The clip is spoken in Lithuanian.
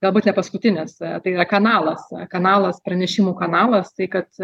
galbūt nepaskutinis tai yra kanalas kanalas pranešimų kanalas tai kad